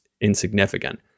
insignificant